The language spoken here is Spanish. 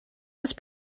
los